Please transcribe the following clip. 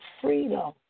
freedom